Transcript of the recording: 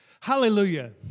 Hallelujah